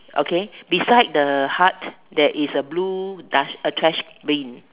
okay beside the hot there is a blue dust~ a trash Bin